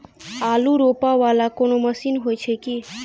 आलु रोपा वला कोनो मशीन हो छैय की?